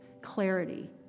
clarity